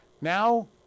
Now